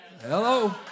Hello